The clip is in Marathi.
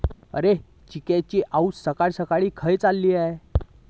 अरे, चिंकिची आऊस सकाळ सकाळ खंय चल्लं?